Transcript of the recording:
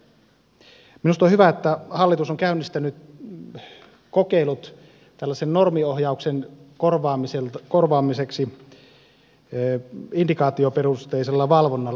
minusta on hyvä että hallitus on käynnistänyt kokeilut tällaisen normiohjauksen korvaamiseksi indikaatioperusteisella valvonnalla